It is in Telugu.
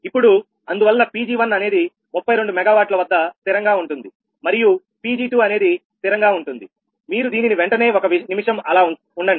ఇప్పుడు అందువల్ల Pg1 అనేది 32 MW వద్ద స్థిరంగా ఉంటుంది మరియు Pg2 అనేది స్థిరంగా ఉంటుంది మీరు దీనిని వెంటనే ఒక నిమిషం అలా ఉండండి